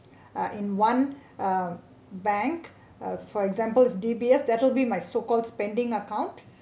ah in one ah bank uh for example D_B_S that will be my so called spending account